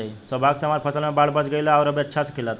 सौभाग्य से हमर फसल बाढ़ में बच गइल आउर अभी अच्छा से खिलता